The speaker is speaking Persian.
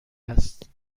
است